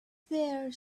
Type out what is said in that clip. there